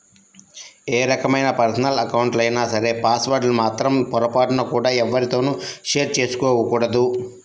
ఏ రకమైన పర్సనల్ అకౌంట్లైనా సరే పాస్ వర్డ్ లను మాత్రం పొరపాటున కూడా ఎవ్వరితోనూ షేర్ చేసుకోకూడదు